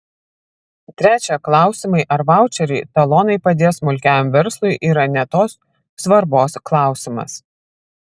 trečia klausimai ar vaučeriai talonai padės smulkiajam verslui yra ne tos svarbos klausimas